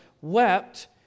wept